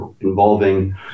involving